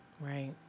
right